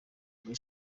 muri